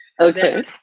okay